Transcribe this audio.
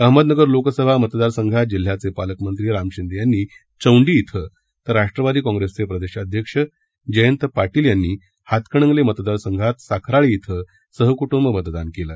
अहमदनगर लोकसभा मतदारसंघात जिल्ह्याचे पालकमंत्री राम शिंदे यांनी चौंडी शिं तर राष्ट्रवादी काँप्रेसचे प्रदेशाध्यक्ष जयंत पाटील यांनी हातकणंगले मतदारसंघात साखराळे क्विं सहकूट्ब मतदान केलं